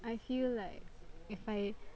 I feel like if I